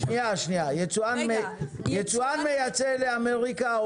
יצואן מייצא לאמריקה,